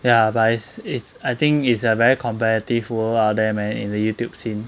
ya but is if I think is a very competitive world out there man and in the Youtube scene